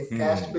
cash